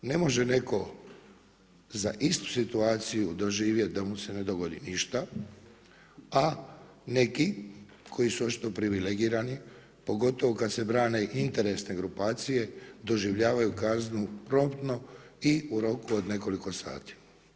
Ne može netko za istu situaciju doživjet da mu se ne dogodi ništa, a neki koji su očito privilegirani, pogotovo kad se brane interesne grupacije doživljavaju kaznu promptno i u roku od nekoliko sati.